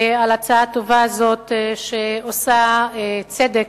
להצעה הטובה הזאת, שעושה צדק